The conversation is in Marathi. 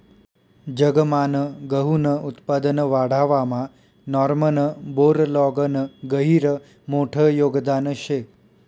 जगमान गहूनं उत्पादन वाढावामा नॉर्मन बोरलॉगनं गहिरं मोठं योगदान शे